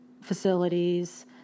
facilities